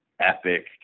epic